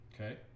Okay